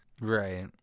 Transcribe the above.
Right